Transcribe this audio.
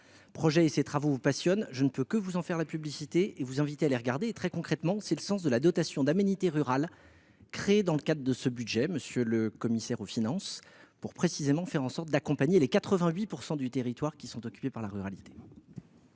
projets et ses travaux vous passionnent, je ne peux que vous en faire la publicité et vous inviter à les regarder. Très concrètement, la dotation pour la valorisation des aménités rurales décidée dans le cadre de ce budget, monsieur le commissaire aux finances, aura pour vocation d’accompagner les 88 % du territoire occupé par la ruralité.